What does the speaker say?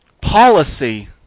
policy